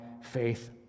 faith